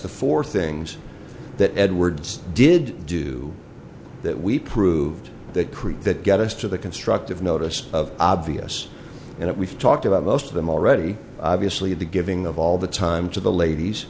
the four things that edwards did do that we proved that creek that got us to the constructive notice of obvious and we've talked about most of them already obviously the giving of all the time to the ladies